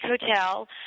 hotel